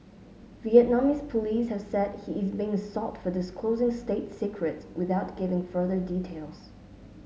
Vietnamese police have said he is being sought for disclosing state secrets without giving further details